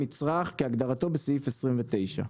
"מצרך" כהגדרתו בסעיף 29,